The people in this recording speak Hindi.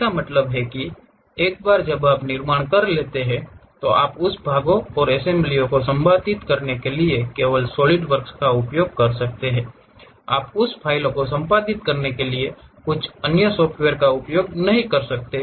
इसका मतलब है कि एक बार जब आप निर्माण कर लेते हैं तो आप उस भागों और एसम्ब्लीओं को संपादित करने के लिए केवल सॉलिडवर्क्स का उपयोग कर सकते हैं आप उस फ़ाइल को संपादित करने के लिए कुछ अन्य सॉफ़्टवेयर का उपयोग नहीं कर सकते